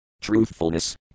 Truthfulness